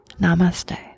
Namaste